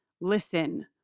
Listen